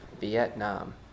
Vietnam